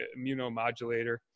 immunomodulator